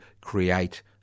create